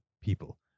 people